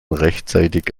rechtzeitig